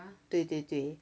对对对